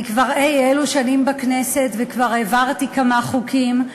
ואני כבר אי-אלו שנים בכנסת וכבר העברתי כמה חוקים.